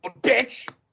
bitch